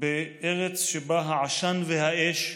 "בארץ שבה העשן והאש,